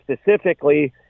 specifically